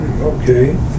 Okay